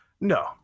No